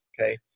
okay